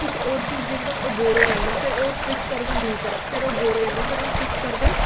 किश होर चीज दिक्खङन ओह् बोर होई जाङन फ्ही होर स्विच करङन दूई साइड ओह् बोर होई जाह्ङन फ्ही ओह् स्विच करङन